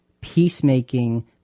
peacemaking